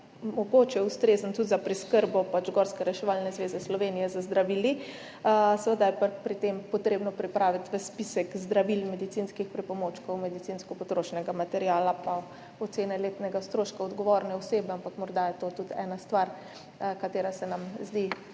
mogoče ustrezen tudi za preskrbo Gorske reševalne zveze Slovenije z zdravili. Seveda je pa pri tem treba pripraviti spisek zdravil, medicinskih pripomočkov, medicinskega potrošnega materiala in ocene letnega stroška odgovorne osebe, ampak morda je to tudi ena stvar, ki se nam zdi